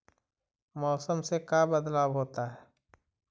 मौसम से का बदलाव होता है?